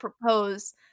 propose